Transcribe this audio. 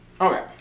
Okay